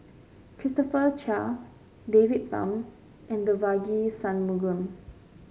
Christopher Chia David Tham and Devagi Sanmugam